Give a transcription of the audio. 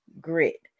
grit